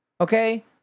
okay